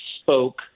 spoke